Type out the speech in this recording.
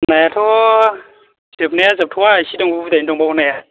नायाथ' जोबनाया जोबथ'वा इसे दंबावो बुरजायानो दंबावो नाया